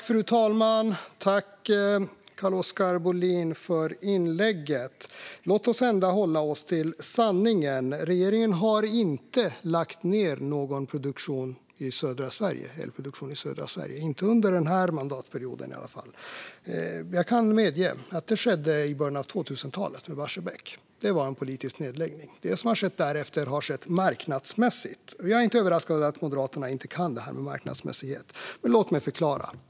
Fru talman! Tack, Carl-Oskar Bohlin, för inlägget! Låt oss ändå hålla oss till sanningen. Regeringen har inte lagt ned någon elproduktion i södra Sverige, i alla fall inte under den här mandatperioden. Jag kan medge att det skedde i början av 2000-talet med Barsebäck. Det var en politisk nedläggning. Det som har skett därefter har skett marknadsmässigt. Jag är inte överraskad över att Moderaterna inte kan det här med marknadsmässighet, men låt mig förklara.